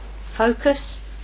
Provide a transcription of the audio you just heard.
focus